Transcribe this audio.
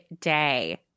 day